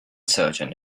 surgeon